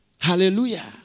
Hallelujah